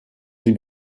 sie